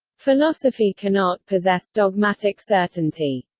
philosophy cannot possess dogmatic certainty.